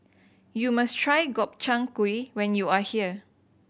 you must try Gobchang Gui when you are here